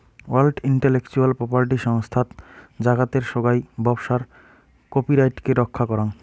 world intellectual property সংস্থাত জাগাতের সোগাই ব্যবসার কপিরাইটকে রক্ষা করাং